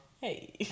Hey